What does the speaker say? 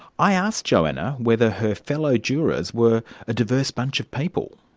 i asked joanna whether her fellow jurors were a diverse bunch of people.